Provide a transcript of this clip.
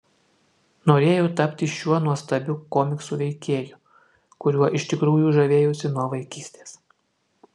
norėjau tapti šiuo nuostabiu komiksų veikėju kuriuo iš tikrųjų žavėjausi nuo vaikystės